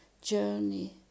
journey